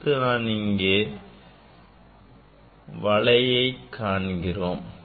அடுத்து நான் இங்கே வளையை காண்கிறோம்